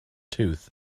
tooth